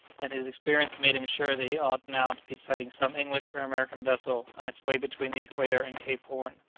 and his experience made him sure that he ought now to be sighting some english or american vessel on its way between the equator and cape horn.